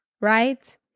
right